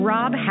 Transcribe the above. Rob